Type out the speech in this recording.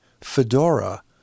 fedora